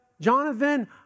Jonathan